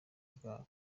bwabyo